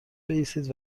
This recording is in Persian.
بایستید